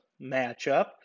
matchup